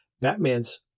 Batman's